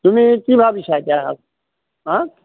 তুমি কি ভাবিছা এতিয়া হা